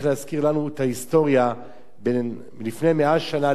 את ההיסטוריה בין לפני 100 שנה להיום,